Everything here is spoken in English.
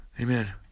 Amen